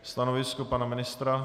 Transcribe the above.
Stanovisko pana ministra?